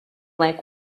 like